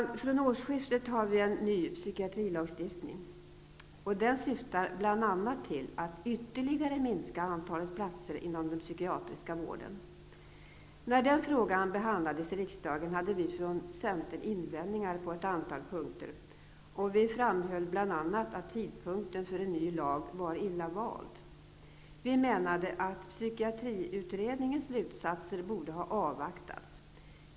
Från årsskiftet har vi en ny psykiatrilagstiftning som bl.a. syftar till att ytterligare minska antalet platser inom den psykiatriska vården. När den frågan behandlades i riksdagen, hade vi från centern invändningar på ett antal punkter. Vi framhöll bl.a. att tidpunkten för en ny lag var illa vald. Vi menade att psykiatriutredningens slutsatser borde ha avvaktats.